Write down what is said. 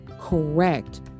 correct